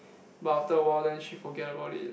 but after awhile then she forget about it